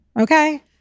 Okay